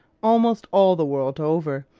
almost all the world over,